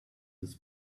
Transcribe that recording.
this